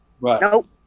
Nope